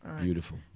Beautiful